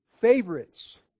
favorites